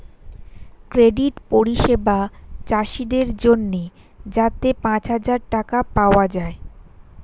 credit পরিষেবা চাষীদের জন্যে যাতে পাঁচ হাজার টাকা পাওয়া যায়